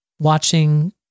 watching